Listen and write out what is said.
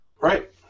Right